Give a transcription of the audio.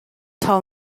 tell